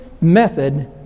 method